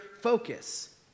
focus